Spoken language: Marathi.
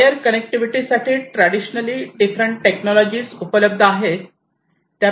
वायर कनेक्टिविटी साठी ट्रॅक्डिशनली डिफरंट टेक्नॉलॉजी उपलब्ध आहेत